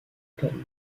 pommes